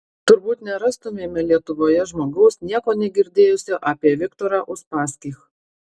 turbūt nerastumėme lietuvoje žmogaus nieko negirdėjusio apie viktorą uspaskich